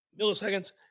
milliseconds